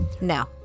No